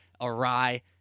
awry